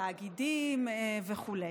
בתאגידים וכו'.